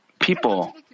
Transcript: people